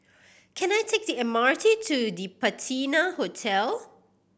can I take the M R T to The Patina Hotel